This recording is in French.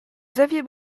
xavier